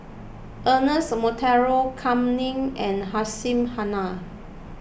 Ernest Monteiro Kam Ning and Hussein Haniff